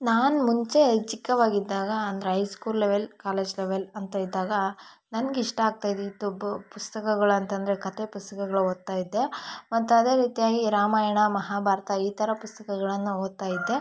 ನಾನು ಮುಂಚೆ ಚಿಕ್ಕವಾಗಿದ್ದಾಗ ಅಂದರೆ high school level college level ಅಂತ ಇದ್ದಾಗ ನನಗಿಷ್ಟ ಆಗ್ತಾಯಿದ್ದಿದ್ದು ಬು ಪುಸ್ತಕಗಳು ಅಂತಂದರೆ ಕಥೆ ಪುಸ್ತಕಗಳು ಓದ್ತಾಯಿದ್ದೆ ಮತ್ತು ಅದೇ ರೀತಿಯಾಗಿ ರಾಮಾಯಣ ಮಹಾಭಾರತ ಈ ಥರ ಪುಸ್ತಕಗಳನ್ನ ಓದ್ತಾಯಿದ್ದೆ